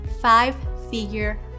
five-figure